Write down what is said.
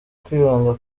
kwibanda